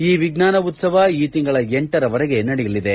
ಈ ವಿಜ್ಞಾನ ಉತ್ತವ ಈ ತಿಂಗಳ ಲರವರೆಗೆ ನಡೆಯಲಿದೆ